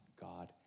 God